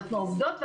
אנחנו עובדות,